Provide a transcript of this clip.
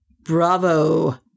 Bravo